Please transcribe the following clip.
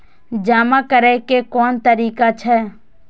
जमा करै के कोन तरीका छै?